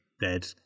Dead